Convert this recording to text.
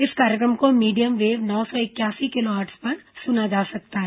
इस कार्यक्रम को मीडियम वेव नौ सौ इकयासी किलोहर्टज पर सुना जा सकता है